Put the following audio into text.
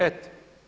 Eto.